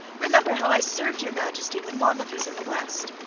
remember how i served your majesty when monmouth was in the west.